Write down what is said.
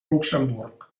luxemburg